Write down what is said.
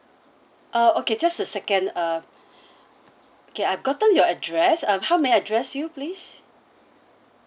ah okay just a second uh okay I've gotten your address um how may I address you please